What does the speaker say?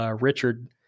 Richard